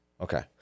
Okay